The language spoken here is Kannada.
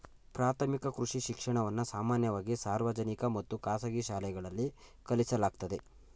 ಪ್ರಾಥಮಿಕ ಕೃಷಿ ಶಿಕ್ಷಣವನ್ನ ಸಾಮಾನ್ಯವಾಗಿ ಸಾರ್ವಜನಿಕ ಮತ್ತು ಖಾಸಗಿ ಶಾಲೆಗಳಲ್ಲಿ ಕಲಿಸಲಾಗ್ತದೆ